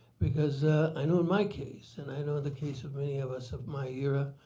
because i know in my case and i know in the case of many of us of my era,